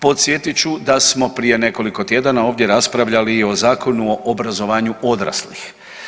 Podsjetit ću da smo prije nekoliko tjedana ovdje raspravljali i o Zakonu o obrazovanju odraslih.